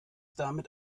damit